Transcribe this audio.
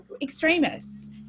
extremists